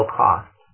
cost